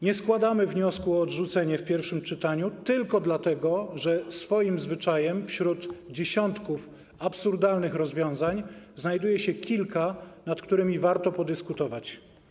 Nie składamy wniosku o odrzucenie projektu w pierwszym czytaniu tylko dlatego, że zwyczajem wśród dziesiątków absurdalnych rozwiązań znajduje się kilka, nad którymi warto podyskutować.